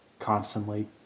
constantly